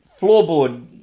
floorboard